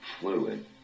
fluid